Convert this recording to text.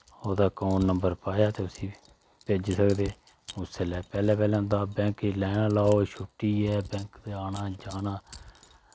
ओह्दा account number पाया ते उसी भेजी सकदे अस्सै लै पैह्लै पैह्लैं हुंदा हा लैनां लाओ छुट्टी ऐ आना जाना